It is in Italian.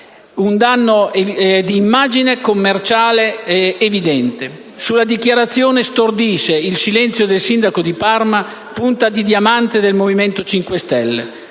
danno d'immagine e commerciale. Sulla dichiarazione stordisce il silenzio del sindaco di Parma, punta di diamante del Movimento 5 Stelle.